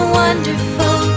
wonderful